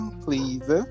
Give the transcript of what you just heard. please